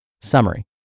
Summary